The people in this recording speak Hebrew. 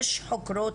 יש חוקרות?